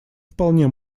вполне